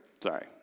Sorry